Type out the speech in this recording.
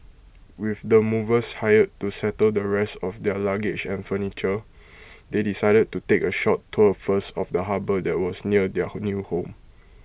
with the movers hired to settle the rest of their luggage and furniture they decided to take A short tour first of the harbour that was near their new home